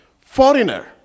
foreigner